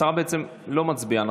השרה בעצם לא מצביעה.